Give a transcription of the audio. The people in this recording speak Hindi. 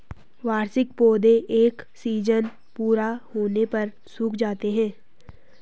वार्षिक पौधे एक सीज़न पूरा होने पर सूख जाते हैं